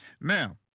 Now